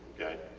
okay.